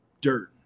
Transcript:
dirt